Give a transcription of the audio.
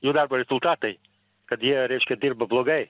jų darbo rezultatai kad jie reiškia dirba blogai